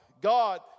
God